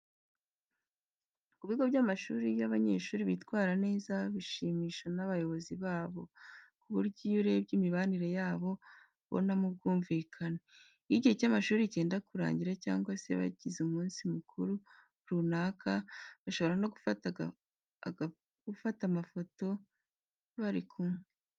Ku bigo by'amashuri iyo abanyeshuri bitwara neza bishimirwa n'abayobozi babo, ku buryo iyo urebye imibanire yabo, ubonamo ubwumvikane. Iyo igihe cy'amashuri cyenda kurangira cyangwa se bagize umunsi mukuru runaka, bashobora no gufata amafoto bari kumwe.